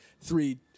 three